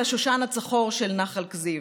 לשושן הצחור של נחל כזיב.